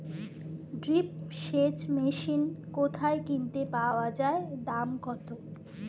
Drip সেচ machine কোথায় কিনতে পাওয়া যায় দাম কত?